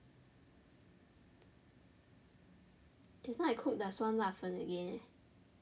just now I cook the 酸辣粉 again